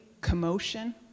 commotion